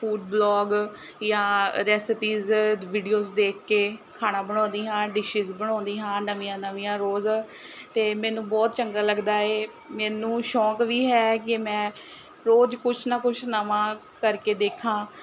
food blog ਜਾਂ recipes videos ਦੇਖ ਕੇ ਖਾਣਾ ਬਣਾਉਂਦੀ ਹਾਂ ਡਿਸਿਜ਼ ਬਣਾਉਂਦੀ ਹਾਂ ਨਵੀਆਂ ਨਵੀਆਂ ਰੋਜ਼ ਅਤੇ ਮੈਨੂੰ ਬਹੁਤ ਚੰਗਾ ਲੱਗਦਾ ਹੈ ਮੈਨੂੰ ਸ਼ੌਕ ਵੀ ਹੈ ਕਿ ਮੈਂ ਰੋਜ਼ ਕੁਛ ਨਾ ਕੁਛ ਨਵਾਂ ਕਰਕੇ ਦੇਖਾਂ